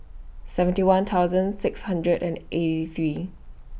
seventy one thousand six hundred and eighty three